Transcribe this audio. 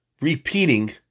repeating